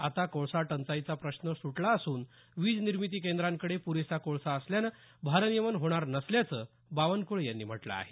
आता कोळसा टंचाईचा प्रश्न सुटला असून वीज निर्मिती केंद्रांकडे पुरेसा कोळसा असल्यामुळे भारनियमन होणार नसल्याचं बावनकुळे यांनी म्हटलं आहे